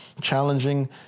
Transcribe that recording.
challenging